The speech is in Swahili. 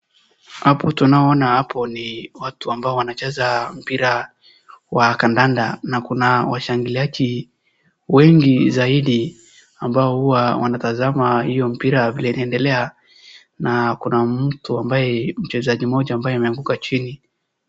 Hapo tunaona hapo ni watu ambao wanacheza mpira wa kandanda na kuna washangiliaji wengi zaidi ambao huwa watazama hiyo mpira inavyoendelea na kuna mtu ambaye mchezaji mmoja ameanguka chini.